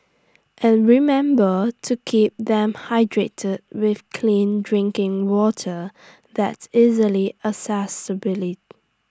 and remember to keep them hydrated with clean drinking water that's easily accessibly